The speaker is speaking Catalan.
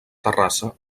terrassa